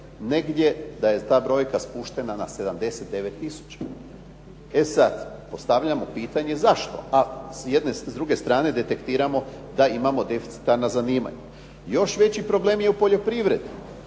negdje, da je ta brojka spuštena na 79000. E sad postavljamo pitanje zašto? Ako s jedne, s druge strane detektiramo da imamo deficitarna zanimanja. Još veći problem je u poljoprivredi.